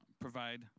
provide